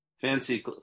fancy